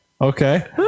okay